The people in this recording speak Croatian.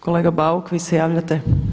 Kolega Bauk vi se javljate.